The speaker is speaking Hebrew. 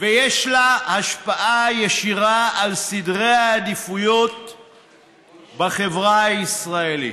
ויש לה השפעה ישירה על סדרי העדיפויות בחברה הישראלית,